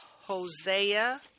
Hosea